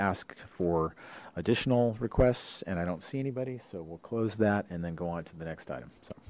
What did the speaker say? ask for additional requests and i don't see anybody so we'll close that and then go on to the next